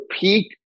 peak